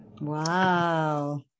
Wow